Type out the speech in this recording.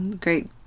Great